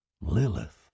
Lilith